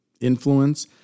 influence